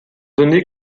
donné